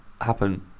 happen